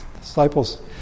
disciples